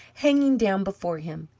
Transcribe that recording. hanging down before him,